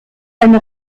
einen